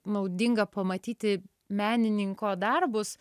naudinga pamatyti menininko darbus